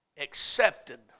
accepted